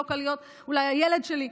לא קל להיות אולי הילד שלי.